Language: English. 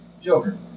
Joker